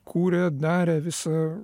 kūrė darė visa